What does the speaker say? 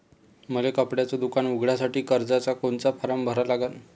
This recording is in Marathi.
मले कपड्याच दुकान उघडासाठी कर्जाचा कोनचा फारम भरा लागन?